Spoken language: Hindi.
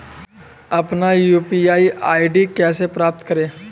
अपना यू.पी.आई आई.डी कैसे प्राप्त करें?